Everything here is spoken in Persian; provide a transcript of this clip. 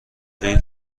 این